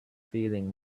feeling